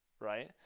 right